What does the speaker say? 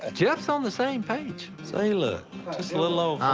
ah jep's on the same page. see, look. just a little ole